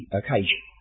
occasion